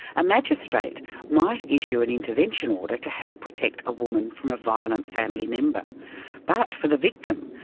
a magistrate might issue an intervention order to help protect a woman from a violent family member but, for the victim,